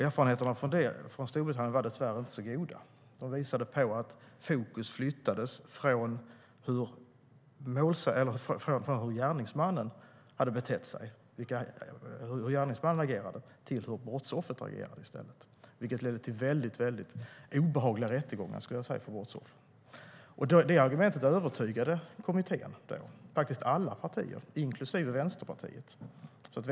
Erfarenheterna från Storbritannien var dessvärre inte så goda. De visade på att fokus flyttades från hur gärningsmannen hade betett sig och agerat till hur brottsoffret agerat, vilket ledde till väldigt obehagliga rättegångar för brottsoffren. Det argumentet övertygade då alla partier i kommittén, inklusive Vänsterpartiet.